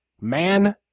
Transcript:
man